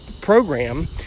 program